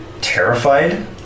terrified